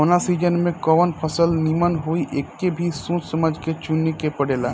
कवना सीजन में कवन फसल निमन होई एके भी सोच समझ के चुने के पड़ेला